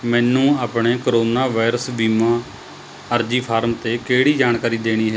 ਮੈਨੂੰ ਆਪਣੇ corona virus ਬੀਮਾ ਅਰਜ਼ੀ ਫਾਰਮ 'ਤੇ ਕਿਹੜੀ ਜਾਣਕਾਰੀ ਦੇਣੀ ਹੈ